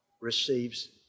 receives